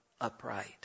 upright